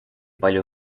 palju